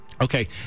Okay